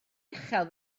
uchel